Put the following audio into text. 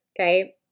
Okay